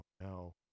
no